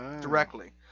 directly